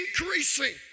increasing